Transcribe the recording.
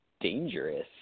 dangerous